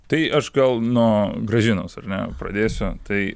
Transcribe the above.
tai aš gal nuo gražinos ar ne pradėsiu tai